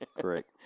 Correct